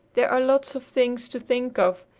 there are lots of things to think of.